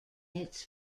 its